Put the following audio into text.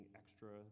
extra